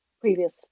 previous